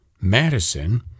Madison